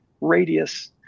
radius